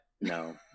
No